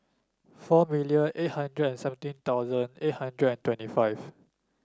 four million eight hundred and seventeen thousand eight hundred and twenty five